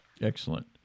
Excellent